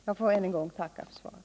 Jag ber att än en gång få tacka för svaret.